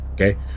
Okay